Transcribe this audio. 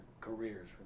careers